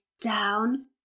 down